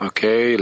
Okay